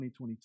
2022